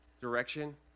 direction